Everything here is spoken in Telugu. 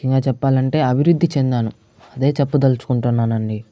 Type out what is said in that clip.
ఇంకా చెప్పాలంటే అభివృద్ధి చెందాను అదే చెప్పదలుచుకుంటున్నాను అండి